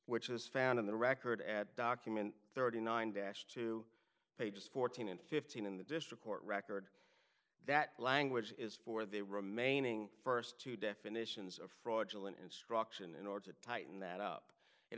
which is found in the record at document thirty nine dash two pages fourteen and fifteen in the district court record that language is for the remaining first two definitions of fraudulent instruction in order to tighten that up it